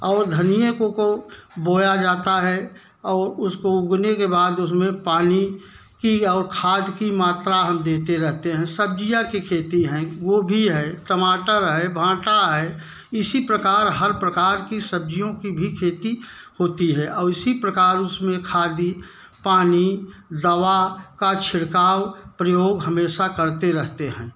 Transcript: और धनिया को बोया जाता है और उसको उगने के बाद उस में पानी की और खाद की मात्रा हम देते रहते हैं सब्ज़ियाँ की खेती है गोभी है टमाटर है भाटा है इसी प्रकार हर प्रकार की सब्ज़ियों की भी खेती होती है और इसी प्रकार उस में खाद पानी दवा का छिड़काव प्रयोग हमेशा करते रहते हैं